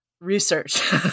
research